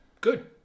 good